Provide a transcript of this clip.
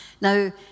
Now